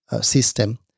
system